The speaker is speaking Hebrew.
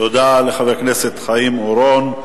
תודה לחבר הכנסת חיים אורון.